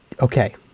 okay